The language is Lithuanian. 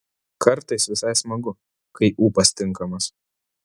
kartais visai smagu kai ūpas tinkamas